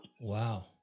Wow